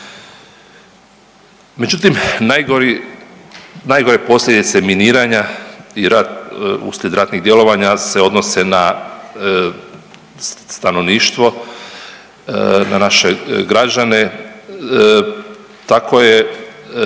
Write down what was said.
najgori, najgore posljedice miniranja i rat, usred ratnih djelovanja se odnose na stanovništvo na naše građane tako je